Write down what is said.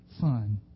fun